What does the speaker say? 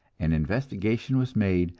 and investigation was made,